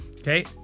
Okay